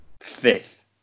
fifth